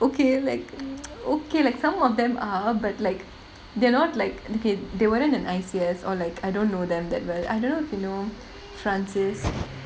okay like okay like some of them are but like they are not like okay they went into to I_C_S or like I don't know them that well I don't know if you know francis